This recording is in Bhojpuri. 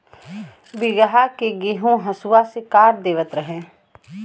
बीघहा के गेंहू हसुआ से काट देवत रहे